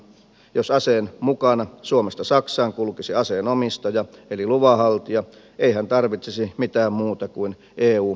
jos aseen mukana suomesta saksaan kulkisi aseen omistaja eli luvanhaltija ei hän tarvitsisi mitään muuta kuin eu asepassin